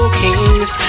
kings